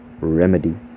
remedy